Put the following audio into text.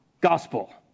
gospel